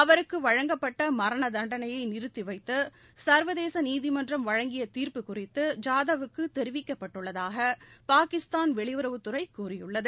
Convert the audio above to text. அவருக்குவழங்கப்பட்டமரணதண்டனையைநிறுத்திவைத்துசா்வதேசநீதிமன்றம் வழங்கியதீர்ப்பு குறித்து ஜாதவ்க்குதெரிவிக்கப்பட்டுள்ளதாகபாகிஸ்தான் வெளியுறவுத்துறைகூறியுள்ளது